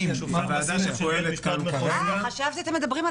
היא הוקמה לדעתי, ולא רק לדעתי